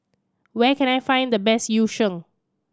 where can I find the best Yu Sheng